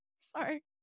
Sorry